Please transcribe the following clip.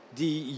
die